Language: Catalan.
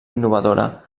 innovadora